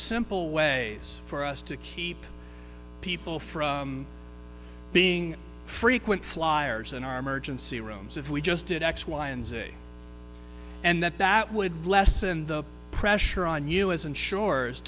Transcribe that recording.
simple ways for us to keep people from being frequent fliers in our emergency rooms if we just did x y and z and that that would lessen the pressure on